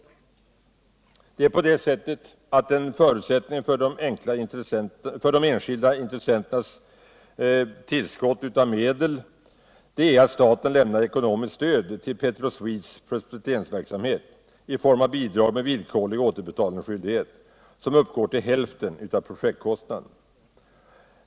En förutsättning för de enskilda intressenternas medelstillskott är att staten tillämpar ekonomiskt stöd till Petroswedes prospekteringsverksamhet i form av bidrag med villkorlig återbetalningsskyldighet som uppegår till hälften av projektkostnaden.